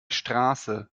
straße